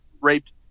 raped